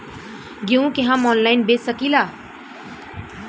गेहूँ के हम ऑनलाइन बेंच सकी ला?